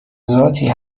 ذاتی